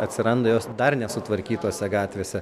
atsiranda jos dar nesutvarkytose gatvėse